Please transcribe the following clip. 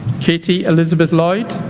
katie elizabeth lloyd